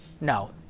No